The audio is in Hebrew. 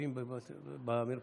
לרופאים במרפאות?